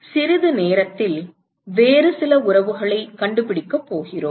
சிறிது நேரத்தில் வேறு சில உறவுகளைக் கண்டுபிடிக்கப் போகிறோம்